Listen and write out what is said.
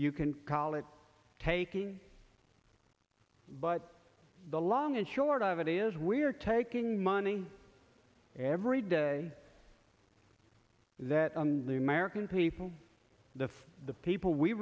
you can call it taking but the long and short of it is we're taking money every day that the american people the the people we